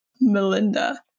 Melinda